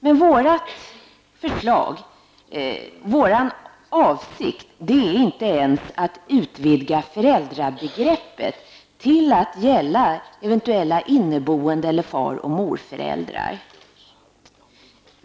Men vår avsikt är inte ens att utvidga föräldrabegreppet till att gälla eventuella inneboende eller far och morföräldrar.